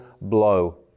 blow